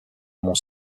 mont